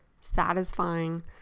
satisfying